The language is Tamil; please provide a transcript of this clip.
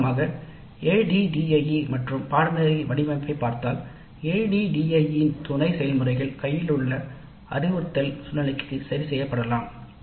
சுருக்கமாக ADDIE மற்றும் பாடநெறி வடிவமைப்பைப் பார்த்தால் ADDIE இன் துணை செயல்முறைகள் உள்ள அறிவுறுத்தல் சூழ்நிலைக்கு சரிசெய்யப்படும்